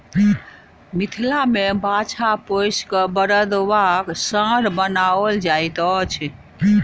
मिथिला मे बाछा पोसि क बड़द वा साँढ़ बनाओल जाइत अछि